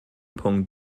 punkt